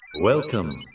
Welcome